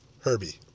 Herbie